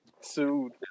sued